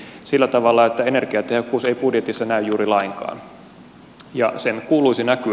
sillä tavalla että energiatehokkuus ei budjetissa näy juuri lainkaan ja sen kuuluisi näkyä